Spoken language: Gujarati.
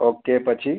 ઓકે પછી